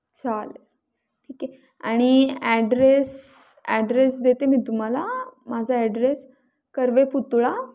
चालेल ठीक आहे आणि ॲड्रेस ॲड्रेस देते मी तुम्हाला माझा ॲड्रेस कर्वे पुतळा